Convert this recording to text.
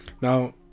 now